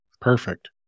Perfect